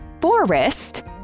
forest